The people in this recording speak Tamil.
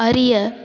அறிய